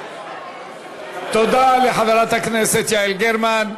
תודה לחברת הכנסת יעל גרמן.